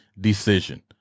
decision